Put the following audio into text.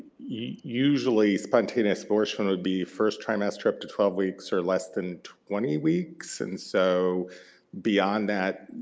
usually spontaneous abortion would be first trimester, up to twelve weeks or less than twenty weeks, and so beyond that,